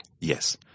Yes